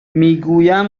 میگویم